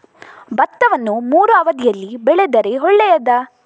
ಭತ್ತವನ್ನು ಮೂರೂ ಅವಧಿಯಲ್ಲಿ ಬೆಳೆದರೆ ಒಳ್ಳೆಯದಾ?